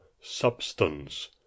substance